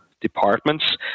departments